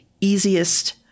easiest